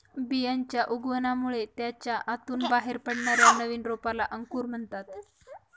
बियांच्या उगवणामुळे त्याच्या आतून बाहेर पडणाऱ्या नवीन रोपाला अंकुर म्हणतात